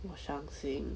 我伤心